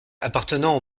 appartenant